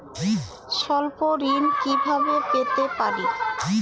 স্বল্প ঋণ কিভাবে পেতে পারি?